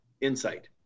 insight